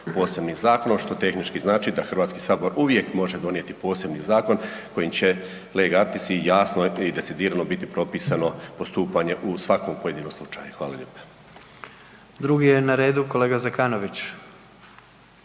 posebnim zakonom što tehnički znači da HS uvijek može donijeti posebni zakon kojim će lege artis i jasno i decidirano biti propisano postupanje u svakom pojedinom slučaju. Hvala lijepa. **Jandroković,